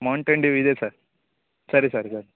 mountain Dew ಇದೆ sir ಸರಿ ಸರಿ ಸರ್